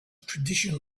tradition